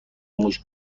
موش